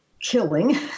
killing